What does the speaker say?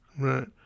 Right